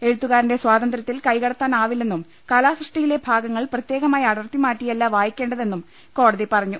എഴുത്തുകാരന്റെ സ്വാതന്ത്ര്യ ത്തിൽ കൈകടത്താനാവില്ലെന്നും കലാസൃഷ്ടിയിലെ ഭാഗങ്ങൾ പ്രത്യേകമായി അടർത്തിമാറ്റിയല്ല വായിക്കേണ്ടതെന്നും കോടതി പറഞ്ഞു